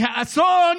והאסון